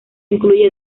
incluye